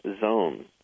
zone